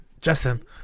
Justin